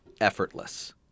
Effortless